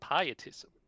pietism